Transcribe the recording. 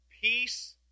peace